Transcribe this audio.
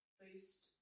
boost